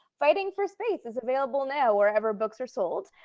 fighting for space is available now wherever books are sold,